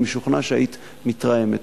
אני משוכנע שהיית מתרעמת.